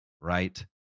Right